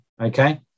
okay